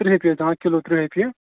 ترٕٛہ رۅپیہِ حظ دِوان کِلوٗ ترٕٛہ رۅپیہِ